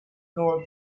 nor